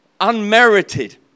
unmerited